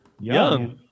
Young